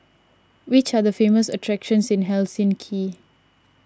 which are the famous attractions in Helsinki